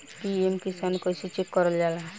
PM Kisan कइसे चेक करल जाला?